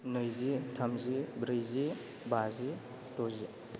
नैजि थामजि ब्रैजि बाजि द'जि